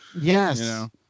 Yes